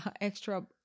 extra